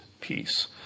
peace